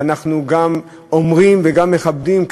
ואנחנו גם אומרים וגם מכבדים,